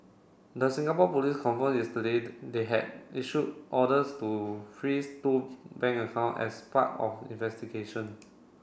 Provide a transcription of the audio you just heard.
the Singapore police confirmed yesterday they had issued orders to freeze two bank account as part of investigation